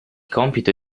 compito